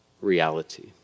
reality